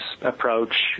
approach